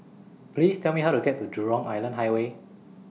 Please Tell Me How to get to Jurong Island Highway